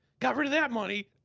got rid of that money.